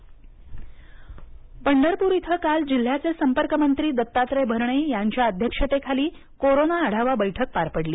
बैठक सोलाप्र पंढरपूर इथं काल जिल्ह्याचे संपर्कमंत्री दत्तात्रय भरणे यांच्या अध्यक्षतेखाली कोरोना आढावा बैठक पार पडली